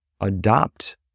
adopt